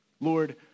Lord